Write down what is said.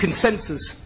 consensus